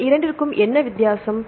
இந்த இரண்டிற்கும் என்ன வித்தியாசம்